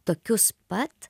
tokius pat